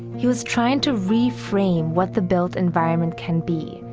he was trying to reframe what the built environment can be,